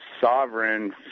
sovereign